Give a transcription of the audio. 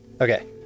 Okay